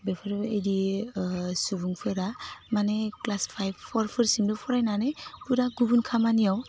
बेफोरबायदि सुबुंफोरा माने ख्लास फाइभ फरफोरसिमल' फरायनानै फुरा गुबुन खामानियाव